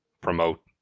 promote